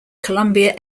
columbia